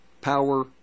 power